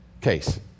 Case